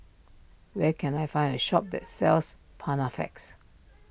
where can I find a shop that sells Panaflex